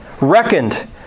Reckoned